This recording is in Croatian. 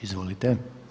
Izvolite.